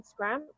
instagram